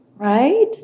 Right